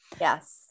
Yes